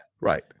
Right